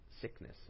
sickness